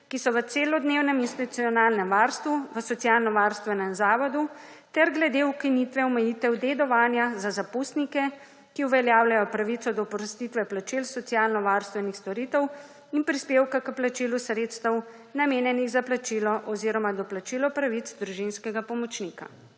ki so v celodnevnem institucionalnem varstvu, v socialnovarstvenem zavodu, ter glede ukinitve omejitev dedovanja za zapustnike, ki uveljavljajo pravico do oprostitve plačil socialnovarstvenih storitev in prispevka k plačilu sredstev, namenjenih za plačilo oziroma doplačilo pravic družinskega pomočnika.